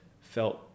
felt